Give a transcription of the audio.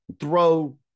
throw